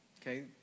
Okay